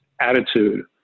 attitude